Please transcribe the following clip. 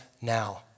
now